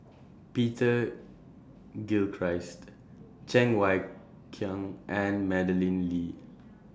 Peter Gilchrist Cheng Wai Keung and Madeleine Lee